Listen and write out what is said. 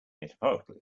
metaphorically